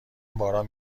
باران